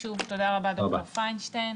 שוב תודה רבה, ד"ר פיינשטיין.